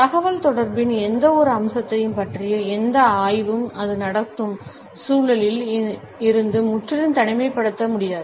தகவல்தொடர்பின் எந்தவொரு அம்சத்தையும் பற்றிய எந்த ஆய்வும் அது நடக்கும் சூழலில் இருந்து முற்றிலும் தனிமைப்படுத்தப்பட முடியாது